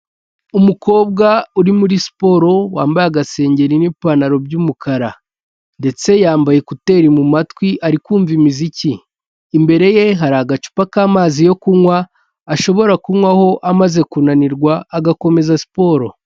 Umukobwa uri muri siporo wambaye agasengeri n'ipantaro by'umukara. Ndetse yambaye ekuteri mu matwi ari kumva imiziki. Imbere ye hari agacupa k'amazi yo kunywa, ashobora kunywaho amaze kunanirwa agakomeza siporo.